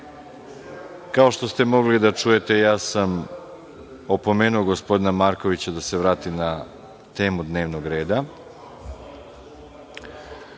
što ste mogli da čujete, ja sam opomenuo gospodina Markovića da se vrati na temu dnevnog reda.